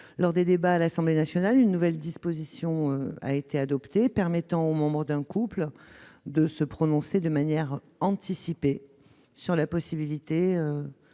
Lors des débats à l'Assemblée nationale, une nouvelle disposition a été adoptée, permettant aux membres d'un couple de se prononcer de manière anticipée sur la possibilité